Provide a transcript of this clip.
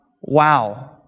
wow